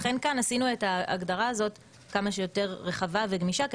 לכן כאן עשינו את ההגדרה הזאת כמה שיותר רחבה וגמישה,